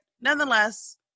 nonetheless